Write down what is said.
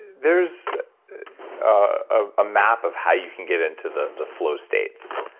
there's a ah map of how you can get into the the flow states.